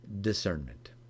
discernment